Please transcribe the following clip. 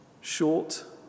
short